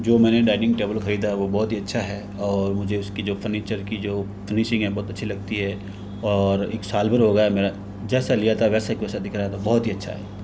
जो मैंने dining table खरीदा है वो बहुत ही अच्छा है और मुझे उसकी जो फर्निचर की जो फिनिशिंग है बहुत अच्छी लगती है और एक साल भर हो गया मेरा जैसा लिया था वैसे का वैसा दिख रहा है तो बहुत ही अच्छा है